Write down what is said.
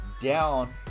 down